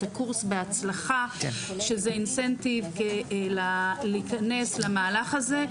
הקורס בהצלחה שזה אינסנטיב להיכנס למהלך הזה.